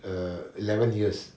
err eleven years